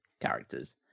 characters